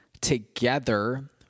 together